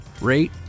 rate